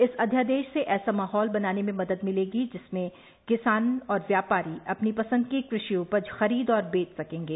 इस अध्यादेश से ऐसा माहौल बनाने में मदद मिलेगी जिसमें किसान और व्यापारी अपनी पसंद की कृषि उपज खरीद और बेच सकेंगे